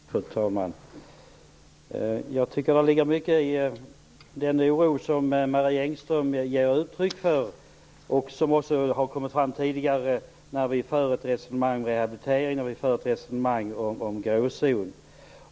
Fru talman! Jag tycker att det ligger mycket i den oro som Marie Engström ger uttryck för och som även har kommit fram tidigare när vi fört resonemang om rehabilitering och om gråzon.